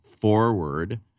forward